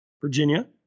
Virginia